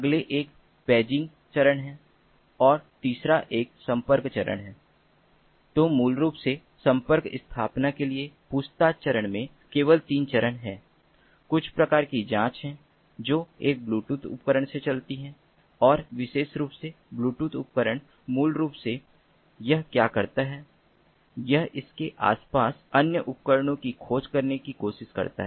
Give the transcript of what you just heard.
अगला एक पेजिंग चरण है और तीसरा एक संपर्क चरण है तो मूल रूप से संपर्क स्थापना के लिए पूछताछ चरण में केवल 3 चरण है कुछ प्रकार की जांच है जो एक ब्लूटूथ उपकरण से चलती है और विशेष रूप से ब्लूटूथ उपकरण मूल रूप से यह क्या करता है यह इसके आसपास अन्य उपकरणों की खोज करने की कोशिश करता है